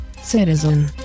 citizen